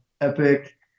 epic